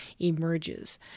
emerges